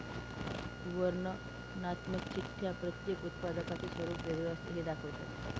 वर्णनात्मक चिठ्ठ्या प्रत्येक उत्पादकाचे स्वरूप वेगळे असते हे दाखवतात